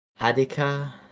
hadika